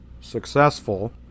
successful